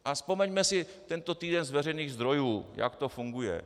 A vzpomeňme si tento týden z veřejných zdrojů, jak to funguje.